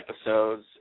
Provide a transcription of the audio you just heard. episodes